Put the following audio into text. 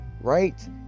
right